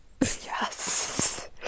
Yes